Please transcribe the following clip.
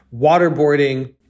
waterboarding